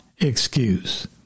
excuse